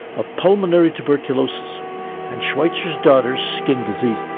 of pulmonary tuberculosis and schweitzer's daughter's skin disease.